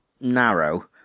narrow